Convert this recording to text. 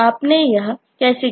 आपने यह कैसे किया